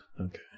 Okay